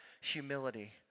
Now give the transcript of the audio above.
humility